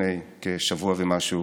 לפני שבוע ומשהו.